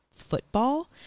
football